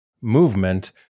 movement